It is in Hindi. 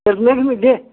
केतने क